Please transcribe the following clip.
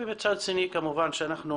ומצד שני כמובן שאנחנו